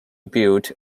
built